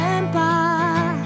Empire